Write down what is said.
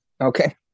okay